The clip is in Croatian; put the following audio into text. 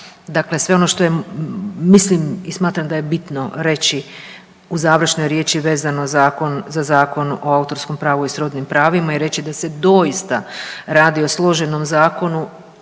sve ono što mislim i smatram da je bitno reći u završnoj riječi vezano za Zakon o autorskom pravu i srodnim pravima i reći da se doista radi o složenom zakonu,